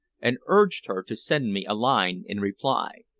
and urged her to send me a line in reply.